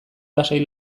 lasai